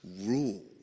rule